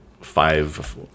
five